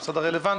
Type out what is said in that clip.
המשרד הרלוונטי,